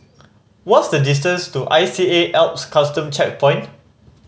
what's the distance to I C A Alps Custom Checkpoint